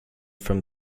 from